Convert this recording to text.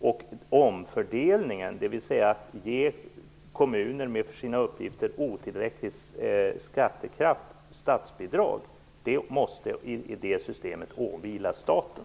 Omfördelningen, dvs. att kommuner med för sina uppgifter otillräcklig skattekraft ges statsbidrag, måste i det här systemet åvila staten.